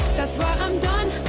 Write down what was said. that's right. i'm done.